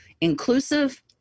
inclusive